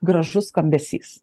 gražus skambesys